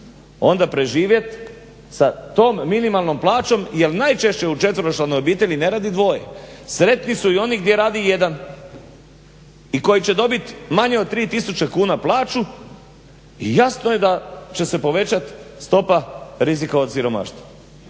onda preživjet sa tom minimalnom plaćom, jel najčešće u četveročlanoj obitelji ne radi dvoje, sretni su i oni gdje radi jedna i koji će dobiti manje od 3000 kuna plaću i jasno je da će se povećat stopa rizika od siromaštva.